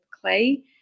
clay